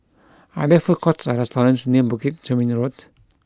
are there food courts or restaurants near Bukit Chermin Road